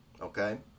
Okay